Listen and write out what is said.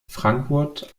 frankfurt